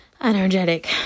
energetic